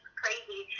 crazy